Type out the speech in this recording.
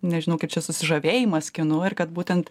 nežinau kaip čia susižavėjimas kinu ir kad būtent